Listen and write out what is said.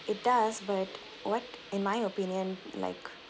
it does but what in my opinion like